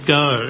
go